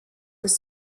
was